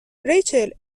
ریچل